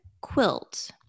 quilt